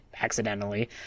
accidentally